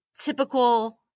Typical